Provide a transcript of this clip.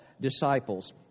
disciples